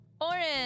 Orange